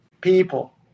People